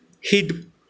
hid